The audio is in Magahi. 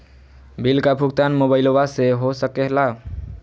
बिल का भुगतान का मोबाइलवा से हो सके ला?